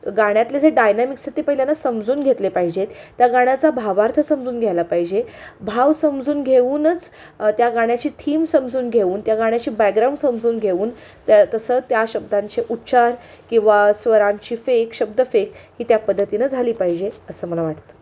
गाण्यातले जे डायनॅमिक्स आहेत ते पहिल्यानं समजून घेतले पाहिजेत त्या गाण्याचा भावार्थ समजून घ्यायला पाहिजे भाव समजून घेऊनच त्या गाण्याची थीम समजून घेऊन त्या गाण्याची बॅग्राऊंड समजून घेऊन त्या तसं त्या शब्दांचे उच्चार किंवा स्वरांची फेक शब्दफेक ही त्या पद्धतीनं झाली पाहिजे असं मला वाटतं